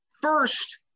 First